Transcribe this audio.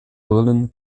brillen